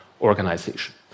organization